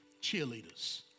cheerleaders